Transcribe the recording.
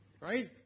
Right